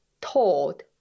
told